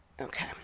Okay